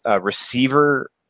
receiver